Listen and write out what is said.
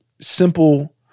simple